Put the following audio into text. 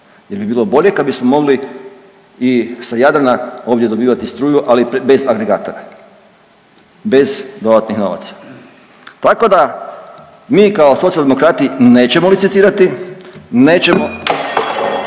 jer bi bilo bolje kad bismo mogli i sa Jadrana ovdje dobivati struju, ali bez agregatora, bez dodatnih novaca. Tako da mi kao Socijaldemokrati nećemo licitirati, nećemo,